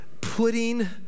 putting